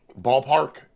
Ballpark